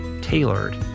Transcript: tailored